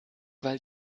weil